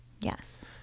Yes